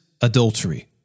adultery